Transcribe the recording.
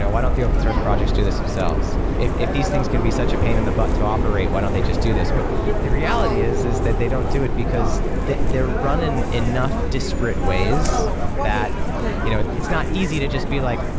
why don't the open source projects do this themselves? if if these things can be such a pain in the butt to operate, why don't they just do this? but the reality is, is that they don't do it because they're run in enough disparate ways that you know it's not easy to just be like,